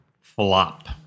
FLOP